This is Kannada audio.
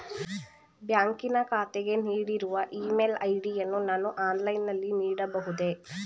ಬ್ಯಾಂಕಿನ ಖಾತೆಗೆ ನೀಡಿರುವ ಇ ಮೇಲ್ ಐ.ಡಿ ಯನ್ನು ನಾನು ಆನ್ಲೈನ್ ನಲ್ಲಿ ನೀಡಬಹುದೇ?